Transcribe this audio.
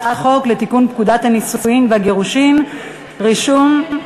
חוק לתיקון פקודת הנישואין והגירושין (רישום)